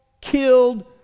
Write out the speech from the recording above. killed